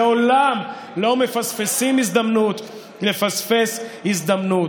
לעולם לא מפספסים הזדמנות לפספס הזדמנות.